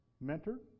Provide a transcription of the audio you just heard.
mentor